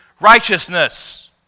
righteousness